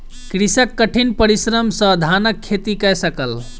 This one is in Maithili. कृषक कठिन परिश्रम सॅ धानक खेती कय सकल